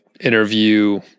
interview